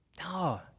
No